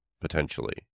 potentially